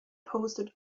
posted